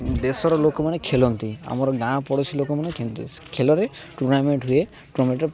ଦେଶର ଲୋକମାନେ ଖେଳନ୍ତି ଆମର ଗାଁ ପଡ଼ୋଶୀ ଲୋକମାନେ ଖେଳନ୍ତି ଖେଲରେ ଟୁର୍ଣ୍ଣାମେଣ୍ଟ୍ ହୁଏ ଟୁର୍ଣ୍ଣାମେଣ୍ଟ୍